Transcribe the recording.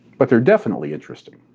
but they are definitely interesting.